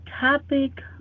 topic